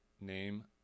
name